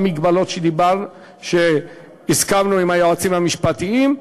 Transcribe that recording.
מגבלות שהסכמנו עליהן עם היועצים המשפטיים.